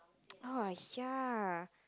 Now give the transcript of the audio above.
oh ya